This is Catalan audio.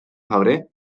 febrer